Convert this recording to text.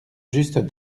just